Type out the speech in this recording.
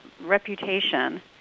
reputation